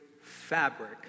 fabric